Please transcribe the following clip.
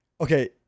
okay